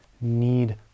need